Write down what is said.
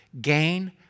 gain